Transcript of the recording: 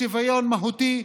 שוויון מהותי,